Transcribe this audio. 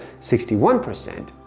61%